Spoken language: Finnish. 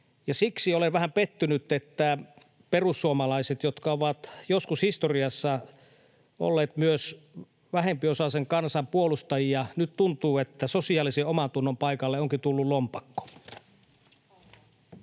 Siksi olen vähän pettynyt, että perussuomalaisilla, jotka ovat joskus historiassa olleet myös vähempiosaisen kansan puolustajia, nyt tuntuu, sosiaalisen omantunnon paikalle onkin tullut lompakko.